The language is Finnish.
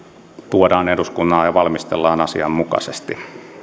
tuodaan eduskunnalle ja valmistellaan asianmukaisesti